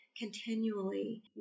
continually